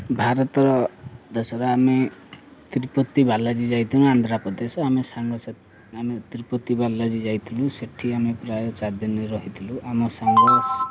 ଭାରତର ଦେଶରେ ଆମେ ତିରୁପତି ବାଲାଜୀ ଯାଇଥିଲୁ ଆନ୍ଧ୍ରପ୍ରଦେଶ ଆମେ ସାଙ୍ଗସାଥି ଆମେ ତିରୁପତୀ ବାଲାଜୀ ଯାଇଥିଲୁ ସେଇଠି ଆମେ ପ୍ରାୟ ଚାରି ଦିନ ରହିଥିଲୁ ଆମ ସାଙ୍ଗ